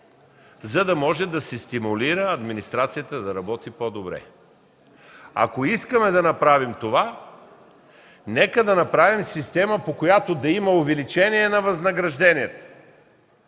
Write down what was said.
за да може да се стимулира администрацията да работи по-добре. Ако искаме да направим това, нека да направим система, по която да има увеличение на възнагражденията